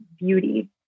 beauty